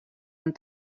amb